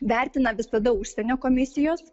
vertina visada užsienio komisijos